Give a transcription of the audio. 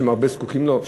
שהם זקוקים להן הרבה,